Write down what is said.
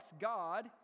God